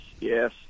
Yes